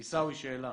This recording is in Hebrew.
עיסאווי, שאלה.